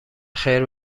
خیر